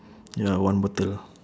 ya one bottle